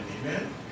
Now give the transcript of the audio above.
Amen